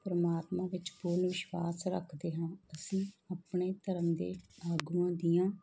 ਪਰਮਾਤਮਾ ਵਿੱਚ ਪੂਰਨ ਵਿਸ਼ਵਾਸ ਰੱਖਦੇ ਹਾਂ ਅਸੀਂ ਆਪਣੇ ਧਰਮ ਦੇ ਆਗੂਆਂ ਦੀਆਂ